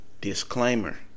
disclaimer